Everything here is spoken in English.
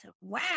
wow